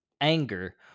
anger